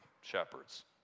shepherds